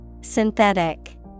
synthetic